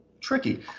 tricky